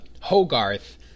Hogarth